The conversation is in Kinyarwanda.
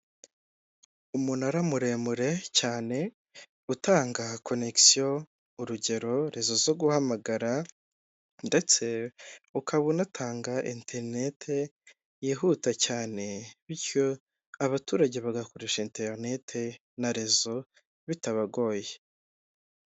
Umunara muremure cyane utanga konegisiyo urugero rezo zo guhamagara, ndetse ukaba unatanga interineti yihuta cyane bityo abaturage bagakoresha interinete na rezo bitabagoye.